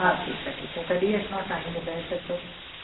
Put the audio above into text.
हा ठीकु आहे ठीकु आहे कॾहिं अचांव टाईम ॿुधाए छॾिजो